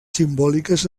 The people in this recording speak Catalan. simbòliques